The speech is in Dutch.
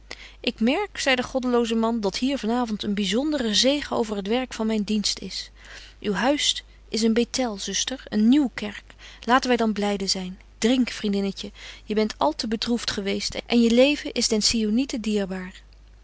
ik merk zei de goddeloze man dat hier van avond een byzondere zegen over het werk van myn dienst is uw huis is een bethel zuster een nieuwkerk laten wy dan blyde zyn drink vriendinnetje je bent al te bedroeft gebetje wolff en aagje deken historie van mejuffrouw sara burgerhart weest en je leven is den sionieten dierbaar